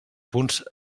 punts